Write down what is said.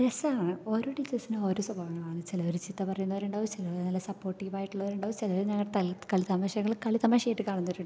രസമാണ് ഓരോ ടീച്ചേഴ്സിനും ഓരോ സ്വഭാവമാണ് ചിലവര് ചീത്ത പറയുന്നവരുണ്ടാകും ചിലരൊരു നല്ല സപ്പോർട്ടീവ് ആയിട്ടുള്ളവരുണ്ടാകും ചിലരൊരു ഞങ്ങളുടെ കളിതമാശകള് കളിതമാശകളായിട്ട് കാണുന്നവരുണ്ടാകും